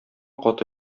каты